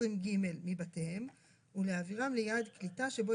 20ג מבתיהם ולהעבירם ליעד קליטה שבו